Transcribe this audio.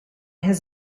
has